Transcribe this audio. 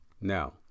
Now